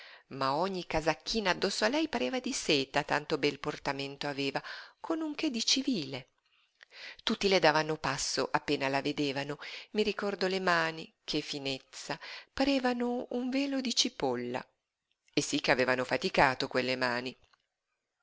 ma ogni casacchina addosso a lei pareva di seta tanto bel portamento aveva con un che di civile tutti le davano passo appena la vedevano i ricordo le mani che finezza parevano un velo di cipolla e sí che avevano faticato quelle mani